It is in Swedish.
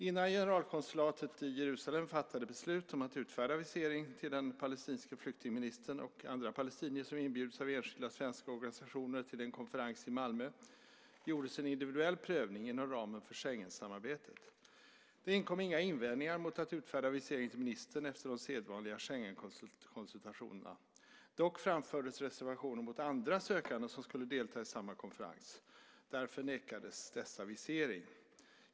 Innan generalkonsulatet i Jerusalem fattade beslut om att utfärda visering till den palestinska flyktingministern och andra palestinier som inbjudits av enskilda svenska organisationer till en konferens i Malmö gjordes en individuell prövning inom ramen för Schengensamarbetet. Det inkom inga invändningar mot att utfärda visering till ministern efter de sedvanliga Schengenkonsultationerna. Dock framfördes reservationer mot andra sökande som skulle delta i samma konferens. Därför nekades dessa visering.